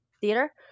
theater